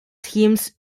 teams